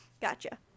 Gotcha